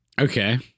Okay